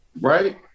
Right